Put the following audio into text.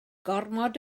gormod